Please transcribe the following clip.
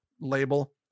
label